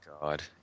God